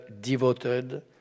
devoted